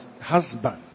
Husband